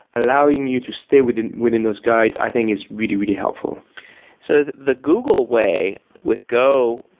allowing you to stay within within those guides i think is really, really helpful so the google way with go,